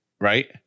right